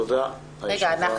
תודה רבה.